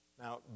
Now